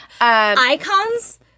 icons